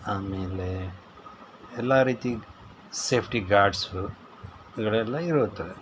ಆಮೇಲೆ ಎಲ್ಲ ರೀತಿ ಸೇಫ್ಟಿ ಗಾರ್ಡ್ಸು ಇವುಗಳೆಲ್ಲ ಇರುತ್ತದೆ